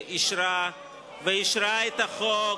ואישרה את החוק,